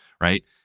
right